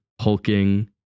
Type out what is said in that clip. hulking